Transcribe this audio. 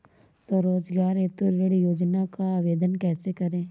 स्वरोजगार हेतु ऋण योजना का आवेदन कैसे करें?